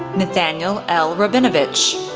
nathaniel l. rabinovich,